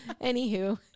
Anywho